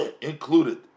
included